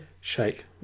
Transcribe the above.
Shake